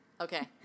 Okay